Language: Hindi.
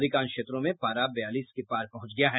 अधिकांश क्षेत्रों में पारा बयालीस के पार पहुंच गया है